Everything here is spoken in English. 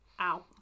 Ow